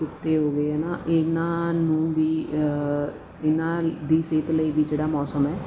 ਕੁੱਤੇ ਹੋ ਗਏ ਹੈ ਨਾ ਇਹਨਾਂ ਨੂੰ ਵੀ ਇਹਨਾਂ ਦੀ ਸਿਹਤ ਲਈ ਵੀ ਜਿਹੜਾ ਮੌਸਮ ਹੈ